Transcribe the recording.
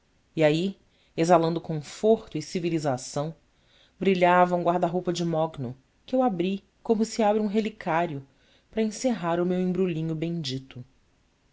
e aí exalando conforto e civilização brilhava um guarda roupa de mogno que eu abri como se abre um relicário para encerrar o meu embrulhinho bendito